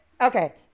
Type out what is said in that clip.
okay